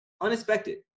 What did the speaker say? unexpected